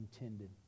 intended